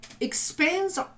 Expands